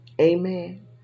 Amen